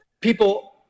people